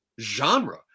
genre